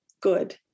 good